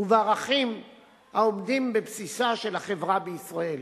ובערכים העומדים בבסיסה של החברה בישראל.